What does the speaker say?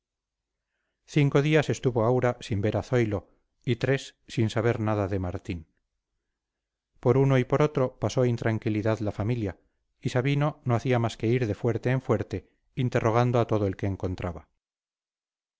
cinco días estuvo aura sin ver a zoilo y tres sin saber nada de martín por uno y por otro pasó intranquilidad la familia y sabino no hacía más que ir de fuerte en fuerte interrogando a todo el que encontraba